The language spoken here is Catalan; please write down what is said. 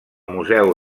museu